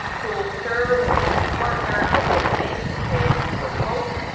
who will serve as his partner as they make the case for hope,